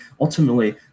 ultimately